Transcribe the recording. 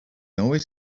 always